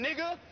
nigga